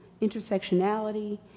intersectionality